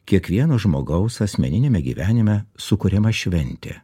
kiekvieno žmogaus asmeniniame gyvenime sukuriama šventė